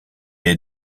est